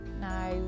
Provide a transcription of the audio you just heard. Now